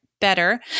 better